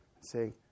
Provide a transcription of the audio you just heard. Say